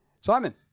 Simon